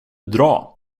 dra